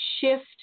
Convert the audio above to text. shift